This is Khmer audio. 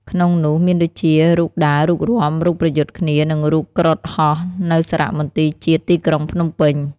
ក្នុងនោះមានដូចជា រូបដើរ រូបរាំ រូបប្រយុទ្ធគ្នា និងរូបគ្រុឌហោះ នៅសារមន្ទីរជាតិទីក្រុងភ្នំពេញ។